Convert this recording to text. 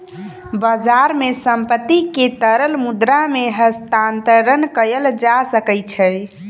बजार मे संपत्ति के तरल मुद्रा मे हस्तांतरण कयल जा सकै छै